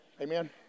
Amen